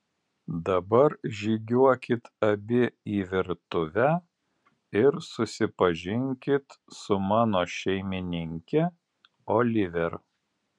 dabar žygiuokit abi į virtuvę ir susipažinkit su mano šeimininke oliver